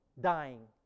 dying